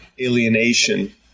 alienation